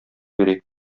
йөри